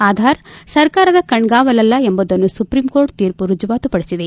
ಆಧಾರ್ ಸರ್ಕಾರದ ಕಣ್ಗಾವಲಲ್ಲ ಎಂಬುದನ್ನು ಸುಪ್ರೀಂಕೋರ್ಟ್ ತೀರ್ಮ ರುಜುವಾತುಪಡಿಸಿದೆ